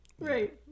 right